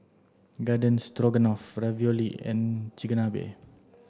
garden Stroganoff Ravioli and Chigenabe